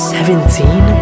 Seventeen